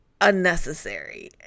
unnecessary